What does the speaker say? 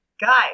guys